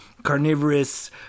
Carnivorous